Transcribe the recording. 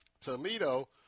Toledo